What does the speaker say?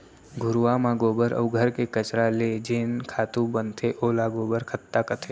घुरूवा म गोबर अउ घर के कचरा ले जेन खातू बनथे ओला गोबर खत्ता कथें